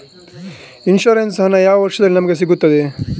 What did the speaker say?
Insurance ಹಣ ಯಾವ ವರ್ಷದಲ್ಲಿ ನಮಗೆ ಸಿಗುತ್ತದೆ?